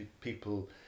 people